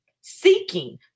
seeking